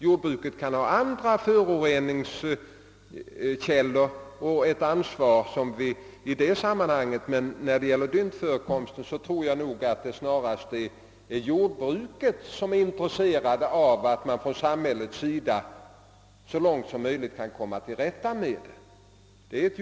Jordbruket kan ha andra föroreningskällor och ett ansvar i det sammanhanget, men beträffande dyntförekomsten är jordbruket snarast mest intresserad part i att man från samhällets sida så långt som möjligt försöker komma till rätta med den.